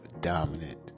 dominant